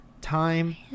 Time